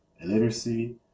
illiteracy